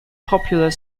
popular